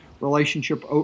relationship